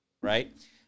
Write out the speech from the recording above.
right